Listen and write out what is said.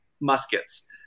muskets